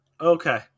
Okay